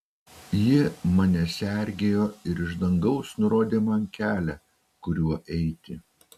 ji mane sergėjo ir iš dangaus nurodė man kelią kuriuo eiti